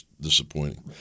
disappointing